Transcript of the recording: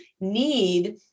need